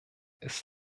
ist